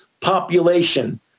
population